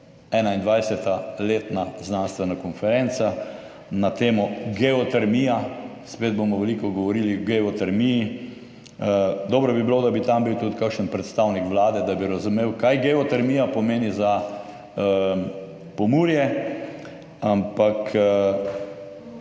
21. letna znanstvena konferenca na temo geotermije. Spet bomo veliko govorili o geotermiji, dobro bi bilo, da bi tam bil tudi kakšen predstavnik vlade, da bi razumel, kaj geotermija pomeni za Pomurje, ampak